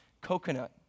coconut